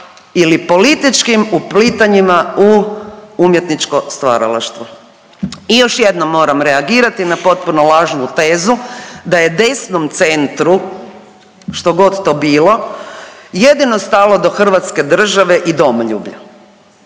ili političkim uplitanjima u umjetničko stvaralaštvo. I još jednom moram reagirati na potpuno lažnu tezu da je desnom centru, što god to bilo, jedino stalo do Hrvatske države i domoljublja.